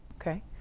Okay